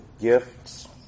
gifts